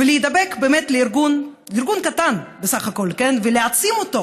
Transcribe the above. ולהידבק לארגון קטן בסך הכול ולהעצים אותו